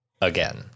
again